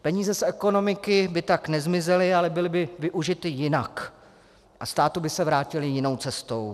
Peníze z ekonomiky by tam nezmizely, ale byly by využity jinak a státu by se vrátily jinou cestou.